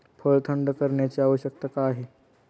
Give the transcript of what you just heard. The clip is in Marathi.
फळ थंड करण्याची आवश्यकता का आहे?